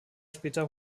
später